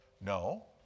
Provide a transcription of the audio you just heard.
No